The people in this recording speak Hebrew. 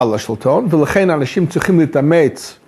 על השלטון, ולכן אנשים צריכים להתאמץ.